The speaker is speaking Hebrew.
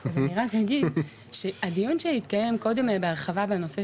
אז אני רק אגיד שהדיון שהתקיים קודם בהרחבה בנושא,